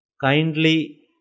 kindly